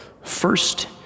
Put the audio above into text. first